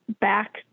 back